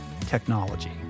technology